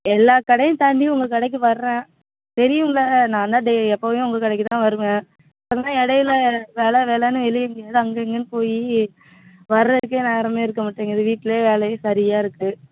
எல்லா கடையும் தாண்டி உங்கள் கடைக்கு வர்றேன் தெரியும்ல நான் தான் டெய் எப்போவையும் உங்கள் கடைக்கு தானே வருவேன் ஆனால் இடையில வேலை வேலைன்னு வெளியில தான் அங்கே இங்கேன்னு போய் வர்றதுக்கே நேரமே இருக்க மாட்டேங்குது வீட்ல வேலை சரியாக இருக்கு